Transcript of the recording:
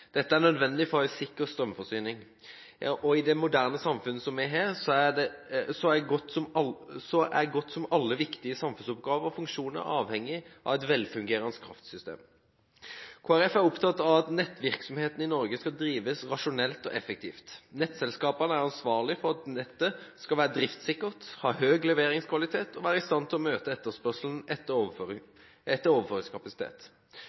Dette er nødvendig for en sikker strømforsyning. I det moderne samfunnet vi har, er så godt som alle viktige samfunnsoppgaver og -funksjoner avhengig av et velfungerende kraftsystem. Kristelig Folkeparti er opptatt av at nettvirksomheten i Norge skal drives rasjonelt og effektivt. Nettselskapene er ansvarlig for at nettet skal være driftssikkert, ha høy leveringskvalitet og være i stand til å møte etterspørselen etter